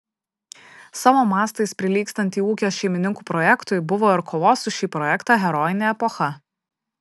savo mastais prilygstantį ūkio šeimininkų projektui buvo ir kovos už šį projektą herojinė epocha